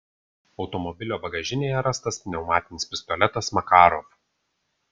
automobilio bagažinėje rastas pneumatinis pistoletas makarov